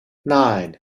nine